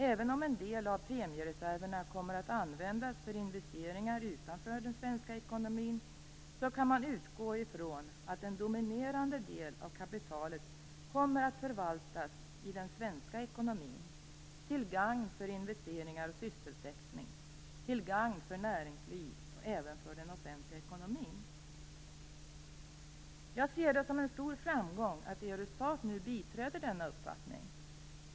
Även om en del av premiereserverna kommer att användas för investeringar utanför den svenska ekonomin kan man utgå från att en dominerande del av kapitalet kommer att förvaltas i den svenska ekonomin, till gagn för investeringar och sysselsättning, till gagn för näringsliv och även för den offentliga ekonomin. Jag ser det som en stor framgång att Eurostat nu biträder denna uppfattning.